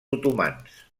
otomans